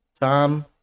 Tom